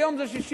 היום זה 60,000,